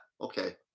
okay